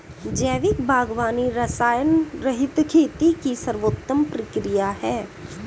जैविक बागवानी रसायनरहित खेती की सर्वोत्तम प्रक्रिया है